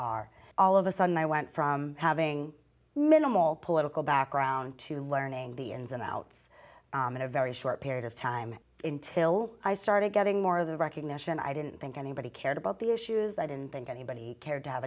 are all of a sudden i went from having a minimal political background to learning the ins and outs in a very short period of time until i started getting more of the recognition and i didn't think anybody cared about the issues i didn't think anybody cared to have